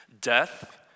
death